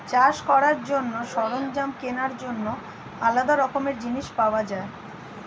চাষ করার জন্য সরঞ্জাম কেনার জন্য আলাদা রকমের জিনিস পাওয়া যায়